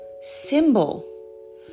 symbol